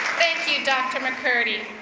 thank you dr. mccurdy.